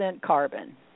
carbon